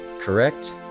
correct